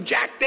Jack